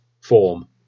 form